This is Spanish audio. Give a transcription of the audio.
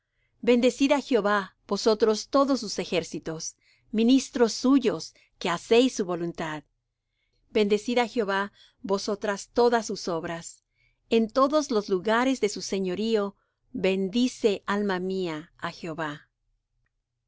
bendecid á jehová vosotros todos sus ejércitos ministros suyos que hacéis su voluntad bendecid á jehová vosotras todas sus obras en todos los lugares de su señorío bendice alma mía á jehová